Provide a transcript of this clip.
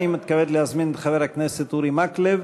אני מתכבד להזמין את חבר הכנסת אורי מקלב.